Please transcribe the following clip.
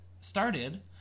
started